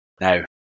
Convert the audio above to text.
Now